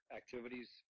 activities